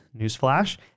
newsflash